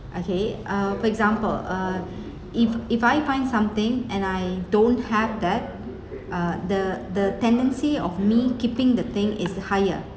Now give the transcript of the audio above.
okay uh for example uh if if I find something and I don't have that uh the the tendency of me keeping the thing is higher